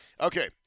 Okay